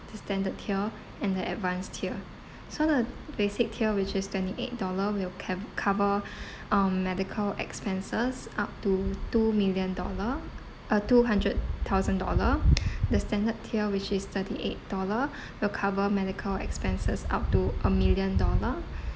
the standard tier and the advanced tier so the basic tier which is twenty eight dollar will ca~ cover um medical expenses up to two million dollar uh two hundred thousand dollar the standard tier which is thirty eight dollar will cover medical expenses up to a million dollar